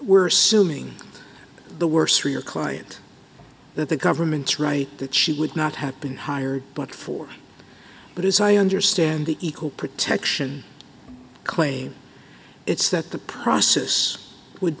we're assuming the worse for your client that the government's right that she would not have been higher but for that as i understand the equal protection claim it's that the process would